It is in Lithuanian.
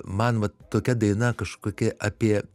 man vat tokia daina kažkokia apie